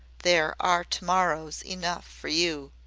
there are to-morrows enough for you!